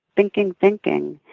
thinking. thinking,